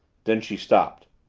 then she stopped.